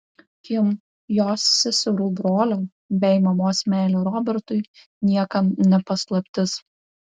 kim jos seserų brolio bei mamos meilė robertui niekam ne paslaptis